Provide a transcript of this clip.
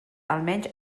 almenys